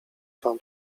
wam